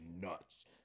nuts